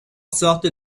sorte